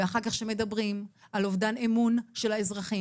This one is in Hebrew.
ואחר כך כשמדברים על אובדן אמון של האזרחים